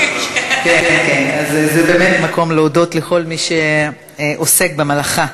זה באמת מקום להודות לכל מי שעוסק במלאכה.